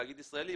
תאגיד ישראלי,